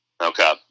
Okay